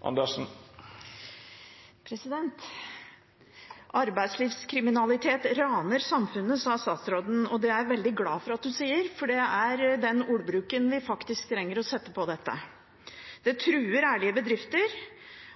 det. Arbeidslivskriminalitet raner samfunnet, sa statsråden, og det er jeg veldig glad for at hun sier, for det er den ordbruken vi faktisk trenger å ha på dette. Det truer ærlige bedrifter,